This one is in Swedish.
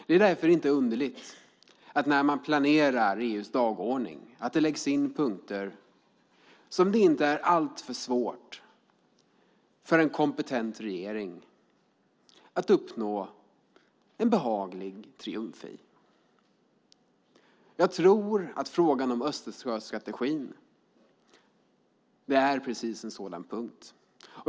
Det är därför inte underligt att det när man planerar EU:s dagordning läggs in punkter där det inte är alltför svårt för en kompetent regering att uppnå en behaglig triumf. Jag tror att frågan om Östersjöstrategin är just en sådan punkt.